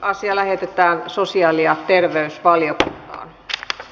asia lähetettiin sosiaali ja terveysvaliokuntaan